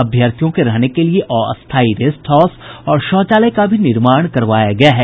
अभ्यर्थियों के रहने के लिए अस्थायी रेस्ट हाउस और शौचालय का भी निर्माण करवाया गया है